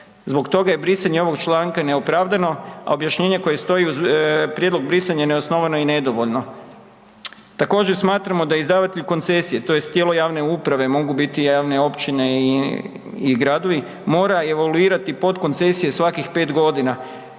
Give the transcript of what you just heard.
Zbog toga je brisanje ovog članka neopravdano a objašnjenje koje stoji uz prijedlog brisanja je neosnovano i nedovoljno. Također smatramo da izdavatelj koncesije tj. tijelo javne uprave mogu biti javne općine i gradova, mora evaluirati podkoncesije svakih 4 g.